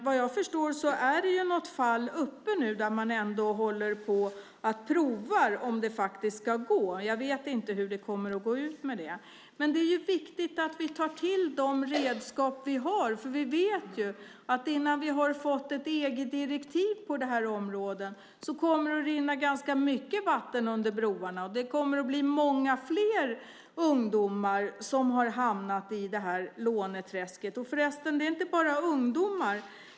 Vad jag förstår är något fall uppe nu där man ändå håller på att pröva om det faktiskt ska gå. Jag vet inte hur det kommer att gå med det. Men det är viktigt att vi tar till de redskap vi har. Vi vet ju att det innan vi har fått ett EG-direktiv på det här området kommer att rinna ganska mycket vatten under broarna, och det kommer att bli många fler ungdomar som hamnar i det här låneträsket. Det är förresten inte bara ungdomar.